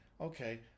okay